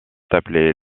appelés